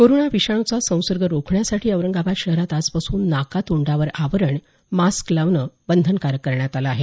corona विषाणूचा संसर्ग रोखण्यासाठी औरंगाबाद शहरात आजपासून नाका तोंडावर आवरण मास्क लावणं बंधनकारक करण्यात आलं आहे